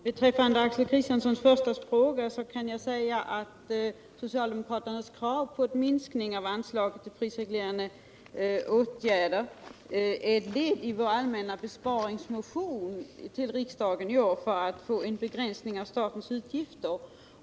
Herr talman! Beträffande Axel Kristianssons första fråga kan jag säga att socialdemokraternas krav på en minskning av anslaget till prisreglerande åtgärder är ett led i vår allmänna besparingsmotion till riksdagen i år för att få en begränsning av statens utgifter.